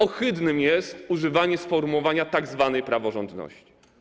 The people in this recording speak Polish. Ohydnym jest używanie sformułowania: tzw. praworządność.